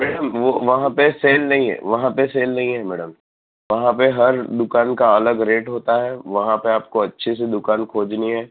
madam વો વહાં પે સેલ નહીં હૈ વહાં પે સેલ નહીં હે મેડમ વહાં પે હર દુકાન કા અલગ રેટ હોતા હે વહાં પે આપકો અચ્છી સી દુકાન ખોજની હે